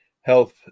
health